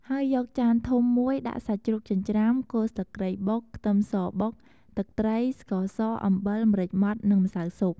ហើយ យកចានធំមួយ ដាក់សាច់ជ្រូកចិញ្ច្រាំ គល់ស្លឹកគ្រៃបុក ខ្ទឹមសបុក ទឹកត្រី ស្ករស អំបិល ម្រេចម៉ដ្ឋ និងម្សៅស៊ុប។